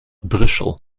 brussel